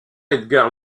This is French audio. edgar